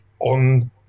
on